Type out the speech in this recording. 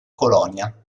colonia